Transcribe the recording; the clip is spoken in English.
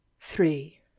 three